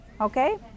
okay